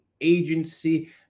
Agency